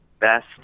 best